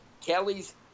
Kelly's